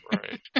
right